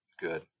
Good